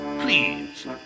Please